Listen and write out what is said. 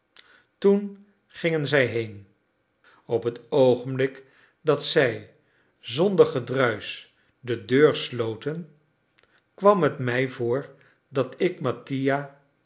toen gingen zij heen op het oogenblik dat zij zonder gedruisch de deur sloten kwam het mij voor dat ik mattia